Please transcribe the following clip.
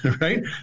right